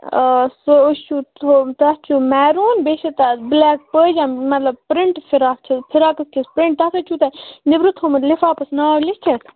اۭں سُہ حظ چھُ تھو تَتھ چھُ میروٗن بیٚیہِ چھِ تَتھ بٕلیک پٲجامہ مطلب پِرٛنٛٹ فِراک چھِ فِراکَس چھَس پرٛنٛٹ تَتھ حظ چھُو تۄہہِ نیٚبرٕ تھوٚمُت لِفاپَس ناو لیٚکھِتھ